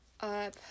up